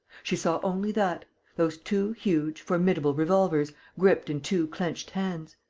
she saw only that those two huge, formidable revolvers, gripped in two clenched hands.